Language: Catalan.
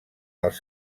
dels